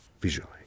visually